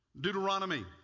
Deuteronomy